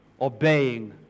obeying